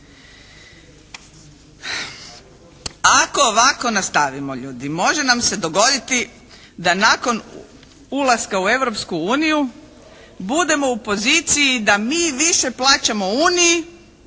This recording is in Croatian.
Ako ovako nastavimo ljudi može nam se dogoditi da nakon ulaska u Europsku uniju budemo u poziciji da mi više plaćamo Uniji,